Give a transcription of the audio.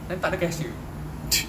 then takde cashier